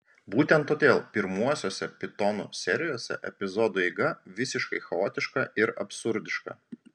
būtent todėl pirmuosiuose pitonų serijose epizodų eiga visiškai chaotiška ir absurdiška